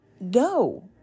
No